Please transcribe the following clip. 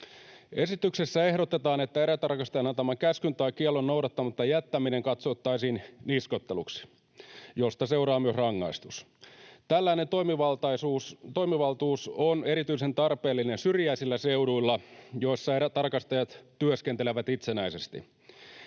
Esityksessä ehdotetaan, että erätarkastajan antaman käskyn tai kiellon noudattamatta jättäminen katsottaisiin niskoitteluksi, josta seuraa myös rangaistus. Tällainen toimivaltuus on erityisen tarpeellinen syrjäisillä seuduilla, joilla erätarkastajat työskentelevät itsenäisesti.